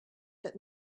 that